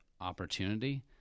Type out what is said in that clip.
opportunity